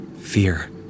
Fear